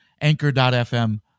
Anchor.fm